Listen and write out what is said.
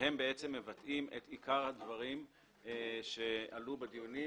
שהם בעצם מבטאים את עיקר הדברים שעלו בדיונים,